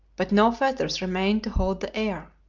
but no feathers remained to hold the air.